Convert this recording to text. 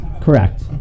Correct